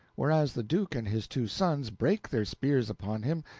whereas the duke and his two sons brake their spears upon him,